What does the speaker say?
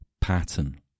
pattern